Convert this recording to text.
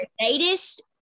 latest